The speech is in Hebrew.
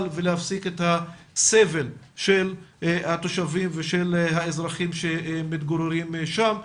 ולהפסיק את הסבל של התושבים ושל האזרחים שמתגוררים שם.